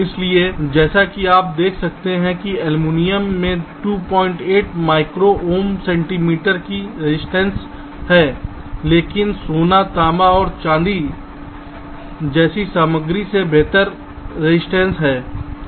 इसलिए जैसा कि आप देख सकते हैं कि एल्यूमीनियम में 28 माइक्रो ओम सेंटीमीटर की रजिस्टेंसकता है लेकिन सोना तांबा और चांदी जैसी सामग्री में बेहतर रजिस्टेंसकता है